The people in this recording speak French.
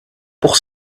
pour